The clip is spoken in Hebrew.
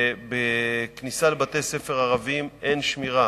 שבכניסה לבתי-ספר ערביים אין שמירה,